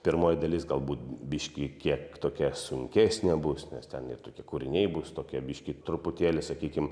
pirmoji dalis galbūt biškį kiek tokia sunkesnė bus nes ten ir tokie kūriniai bus tokie biškį truputėlį sakykim